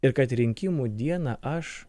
ir kad rinkimų dieną aš